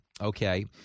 okay